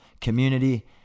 community